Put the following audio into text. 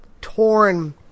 torn